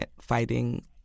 fighting